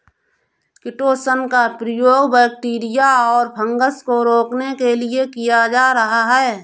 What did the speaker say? chitosan का प्रयोग bacteria और फँगस को रोकने के लिए किया जा रहा है